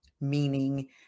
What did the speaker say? meaning